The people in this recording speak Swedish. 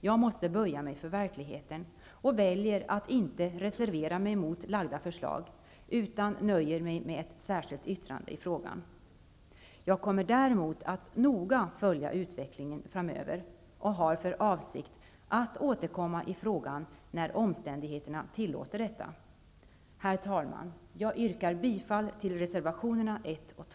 Jag måste böja mig för verkligheten och väljer att inte reservera mig mot lagda förslag, utan nöjer mig med ett särskilt yttrande i frågan. Jag kommer däremot att noga följa utvecklingen framöver och har för avsikt att återkomma i frågan när omständigheterna tillåter detta. Herr Talman! Jag yrkar bifall till reservationerna 1